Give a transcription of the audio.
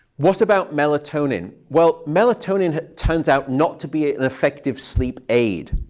what about melatonin? well, melatonin turns out not to be an effective sleep aid.